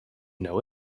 know